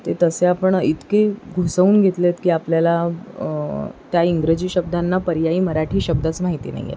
ते तसे आपण इतके घुसवून घेतलेत की आपल्याला त्या इंग्रजी शब्दांना पर्यायी मराठी शब्दच माहिती नाही आहेत